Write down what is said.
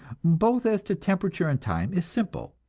both as to temperature and time, is simple.